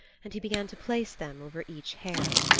and he began to place them over each hair.